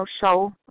show